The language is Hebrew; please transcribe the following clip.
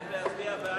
נמנע?